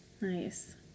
Nice